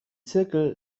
zirkel